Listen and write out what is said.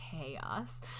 chaos